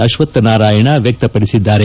ಅಶ್ವತ್ತ ನಾರಾಯಣ ವ್ಯಕ್ತಪಡಿಸಿದ್ದಾರೆ